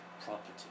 property